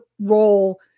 role